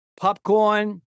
Popcorn